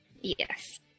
Yes